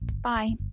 Bye